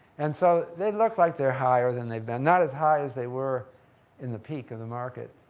and so they look like they're higher than they've been, not as high as they were in the peak of the market,